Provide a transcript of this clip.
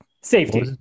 Safety